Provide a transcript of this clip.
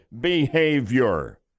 behavior